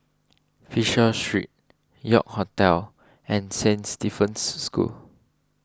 Fisher Street York Hotel and Saint Stephen's School